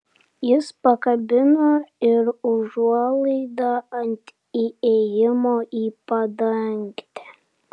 jis pakabino ir užuolaidą ant įėjimo į padangtę